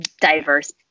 diverse